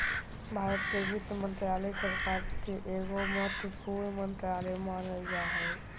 भारत के वित्त मन्त्रालय, सरकार के एगो महत्वपूर्ण मन्त्रालय मानल जा हय